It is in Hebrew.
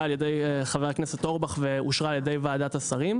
על ידי חבר הכנסת אורבך ואושרה על ידי ועדת השרים.